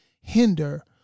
hinder